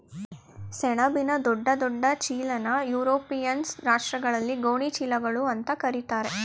ಸೆಣಬಿನ ದೊಡ್ಡ ದೊಡ್ಡ ಚೀಲನಾ ಯುರೋಪಿಯನ್ ರಾಷ್ಟ್ರಗಳಲ್ಲಿ ಗೋಣಿ ಚೀಲಗಳು ಅಂತಾ ಕರೀತಾರೆ